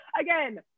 Again